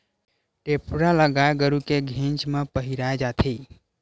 टेपरा ल गाय गरु के घेंच म पहिराय जाथे